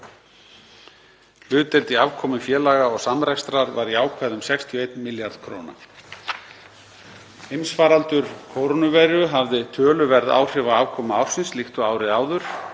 Hlutdeild í afkomu félaga og samrekstrar var jákvæð um 61 milljarð kr. Heimsfaraldur kórónuveiru hafði töluverð áhrif á afkomu ársins líkt og árið áður.